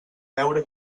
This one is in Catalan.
veure